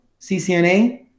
CCNA